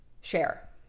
share